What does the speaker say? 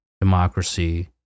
democracy